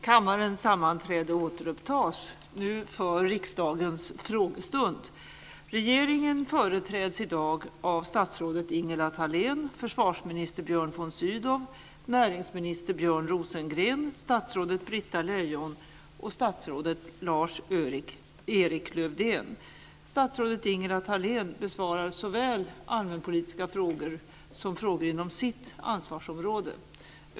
Kammarens sammanträde återupptas nu för riksdagens frågestund. Regeringen företräds i dag av statsrådet Ingela Thalén, försvarsminister Björn von Statsrådet Ingela Thalén besvarar såväl allmänpolitiska frågor som frågor inom sitt ansvarsområde.